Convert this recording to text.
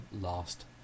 last